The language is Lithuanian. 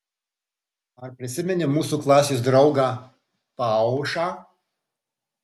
ar prisimeni mūsų klasės draugą paušą